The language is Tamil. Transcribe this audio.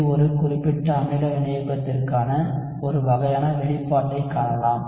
இது ஒரு குறிப்பிட்ட அமில வினையூக்கத்திற்கான ஒரு வகையான வெளிப்பாட்டைக் காணலாம்